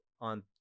on